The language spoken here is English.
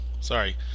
sorry